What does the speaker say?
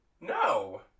No